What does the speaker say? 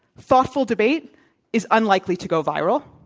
thoughtful debate is unlikely to go viral.